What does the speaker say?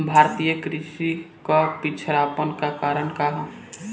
भारतीय कृषि क पिछड़ापन क कारण का ह?